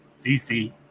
DC